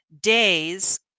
days